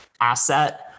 asset